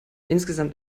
insgesamt